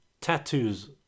Tattoos